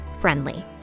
friendly